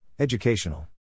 Educational